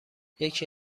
یکی